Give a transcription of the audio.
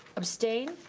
abstained?